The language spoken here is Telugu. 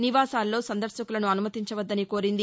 నివాసాల్లో సందర్భకులను అనుమతించవద్దని కోరింది